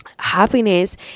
Happiness